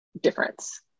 difference